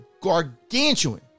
gargantuan